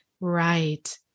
Right